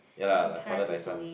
ya lah like father like son